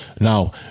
Now